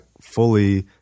fully